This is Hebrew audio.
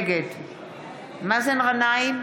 נגד מאזן גנאים,